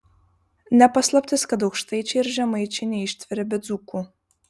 ne paslaptis kad aukštaičiai ir žemaičiai neištveria be dzūkų